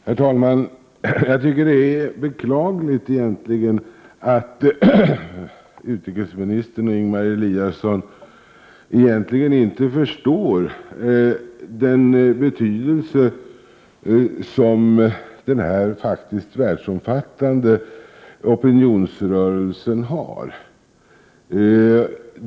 Herr talman! Jag tycker att det är beklagligt att utrikesministern och Ingemar Eliasson egentligen inte inser den betydelse som denna världsomfattande opinionsrörelse har.